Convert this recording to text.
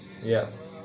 Yes